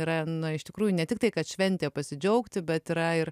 yra nu iš tikrųjų ne tiktai kad šventė pasidžiaugti bet yra ir